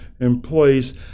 employees